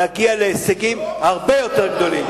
נגיע להישגים הרבה יותר גדולים.